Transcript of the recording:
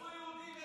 אנשים נרצחו.